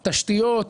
תשתיות,